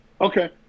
Okay